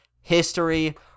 history